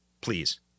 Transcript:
please